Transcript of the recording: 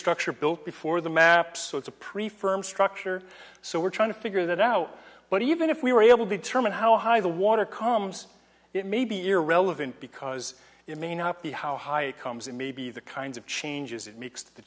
structure built before the map so it's a pretty firm structure so we're trying to figure that out but even if we were able to determine how high the water comes it may be irrelevant because it may not be how high it comes in maybe the kinds of changes it makes t